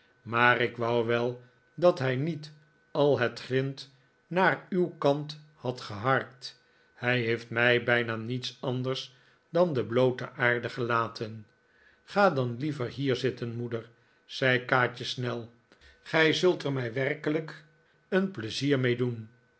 maar ik wou wel dat hij niet al het grint naar uw kant had geharkt hij heeft mij bijna niets anders dan de bloote aarde gelaten ga dan liever hier zitten moeder zei kaatje snel gij zult er mij werkelijk een pleizier mee doen